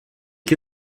que